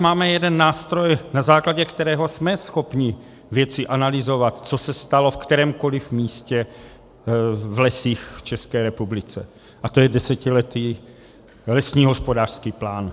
Máme jeden nástroj, na základě kterého jsme schopni věci analyzovat, co se stalo v kterémkoliv místě v lesích v České republice, a to je desetiletý lesní hospodářský plán.